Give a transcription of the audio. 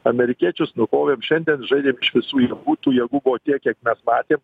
amerikiečius nukovėm šiandien žaidėm iš visų jėgų tų jėgų buvo tiek kiek mes matėm